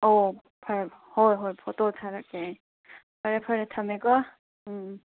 ꯑꯣ ꯍꯣꯏ ꯍꯣꯏ ꯐꯣꯇꯣ ꯊꯥꯔꯛꯀꯦ ꯐꯔꯦ ꯐꯔꯦ ꯊꯝꯃꯦꯀꯣ ꯎꯝ ꯎꯝ